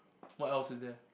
what else is there